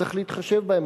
צריך להתחשב בהם,